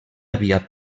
havia